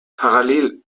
parallel